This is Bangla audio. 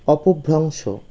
অপভ্রংশ